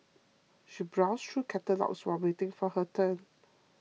she browsed through the catalogues while waiting for her turn